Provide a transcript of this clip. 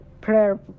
prayer